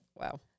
wow